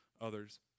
others